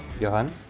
Johan